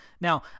Now